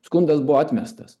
skundas buvo atmestas